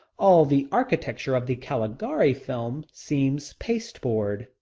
all the architecture of the caligari film seems pasteboard.